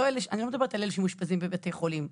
אני לא מדברת על אלה שמאושפזים בבתי חולים.